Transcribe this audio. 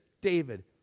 David